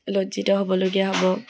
লজ্জিত হ'বলগীয়া হ'ব